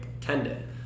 tendon